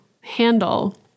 handle